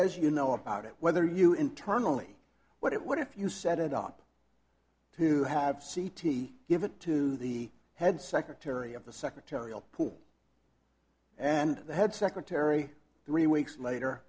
says you know about it whether you internally what it would if you set it up to have c t e give it to the head secretary of the secretarial pool and the head secretary three weeks later